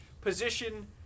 position –